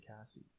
Cassie